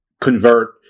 convert